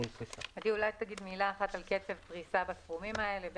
אולי תגיד מילה אחת על קצב הפריסה בתחומים האלה.